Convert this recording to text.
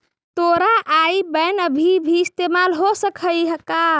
तोरा आई बैन अभी भी इस्तेमाल हो सकऽ हई का?